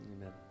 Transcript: Amen